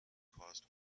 caused